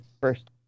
first